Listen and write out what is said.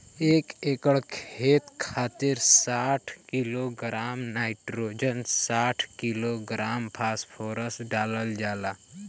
एक एकड़ खेत खातिर साठ किलोग्राम नाइट्रोजन साठ किलोग्राम फास्फोरस डालल जाला?